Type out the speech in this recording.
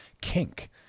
kink